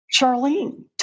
Charlene